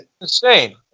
insane